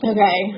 Okay